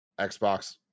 xbox